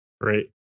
Great